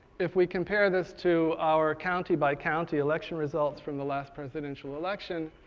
if we compare this to our county-by-county election results from the last presidential election.